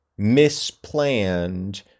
misplanned